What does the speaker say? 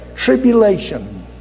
tribulation